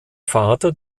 vater